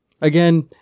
Again